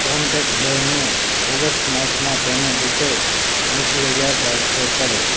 contact બહેનને August માસના પેમૅન્ટરૂપે એંસી હજાર ટ્રાન્સફર કરો